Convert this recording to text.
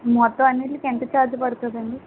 మొత్తం అన్నిటికీ ఎంత ఛార్జ్ పదుతుంది అండి